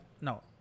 no